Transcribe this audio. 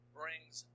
brings